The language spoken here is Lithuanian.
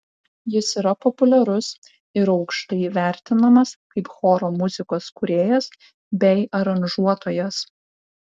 jis yra populiarus ir aukštai vertinamas kaip choro muzikos kūrėjas bei aranžuotojas